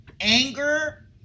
anger